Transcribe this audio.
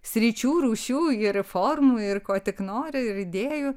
sričių rūšių ir formų ir ko tik nori ir idėjų